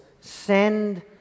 send